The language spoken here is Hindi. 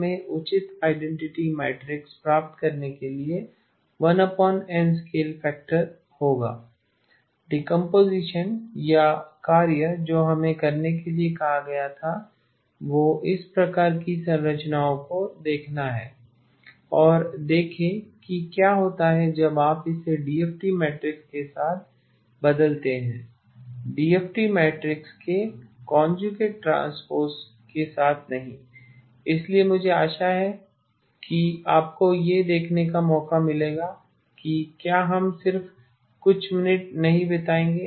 में उचित आइडेंटिटी मैट्रिक्स प्राप्त करने के लिए 1 N स्केल फैक्टर होगा डीकम्पोसिशन या कार्य जो हमें करने के लिए कहा गया था वह इस प्रकार की संरचनाओं को देखना है और देखें कि क्या होता है जब आप इसे डीएफटी मैट्रिक्स के साथ बदलते हैं डीएफटी मैट्रिक्स के कॉनज्युगेट ट्रांसपोज़ के साथ नहीं इसलिए मुझे आशा है कि आपको यह देखने का मौका मिलेगा कि क्या हम सिर्फ कुछ मिनट नहीं बिताएंगे